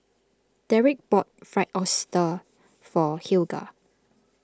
Dereck bought Fried Oyster for Helga